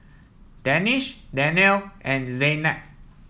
Danish Danial and Zaynab